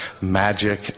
magic